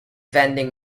vending